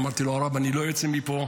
אמרתי לו: הרב, אני לא יוצא מפה.